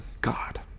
God